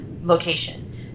location